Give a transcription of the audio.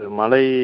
Malay